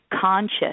conscious